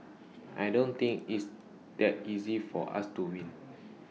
I don't think it's that easy for us to win